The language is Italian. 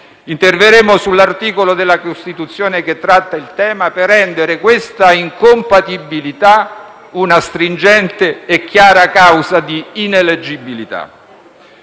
interverremo sull'articolo della Costituzione che tratta il tema per rendere questa incompatibilità una stringente e chiara causa di ineleggibilità.